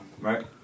right